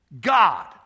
God